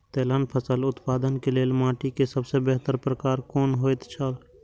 तेलहन फसल उत्पादन के लेल माटी के सबसे बेहतर प्रकार कुन होएत छल?